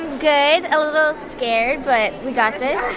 good. a little little scared, but we got this.